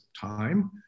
time